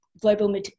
Global